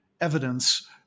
evidence